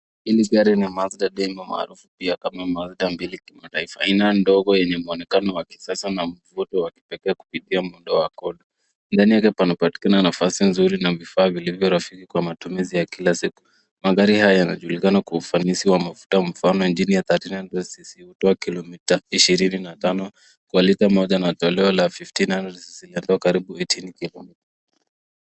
Hili gari ni Mazda demio maarufu pia kama Mazda 2 kimataifa, aina ndogo yenye mwonekano wa kisasa na mvuto wa kipekee kupitia muundo wa cord . Ndani yake panapatikana nafasi nzuri na vifaa vilivyo rafiki kwa matumizi ya kila siku. Magari haya yanajulikana kwa ufanisi wa mafuta kwa mfano injini ya 1300cc hutoa kilomita ishirini na tano kwa lita moja na toleo la 1500cc linatoa karibu eighteen kilometres .